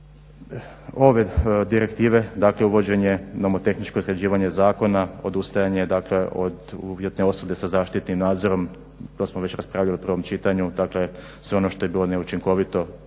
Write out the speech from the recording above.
Ove direktive dakle uvođenje nomotehničko sređivanje zakona, odustajanje od uvjetne osude sa zaštitnim nadzorom to smo već raspravljali u prvom čitanju. Dakle sve ono što je bilo neučinkovito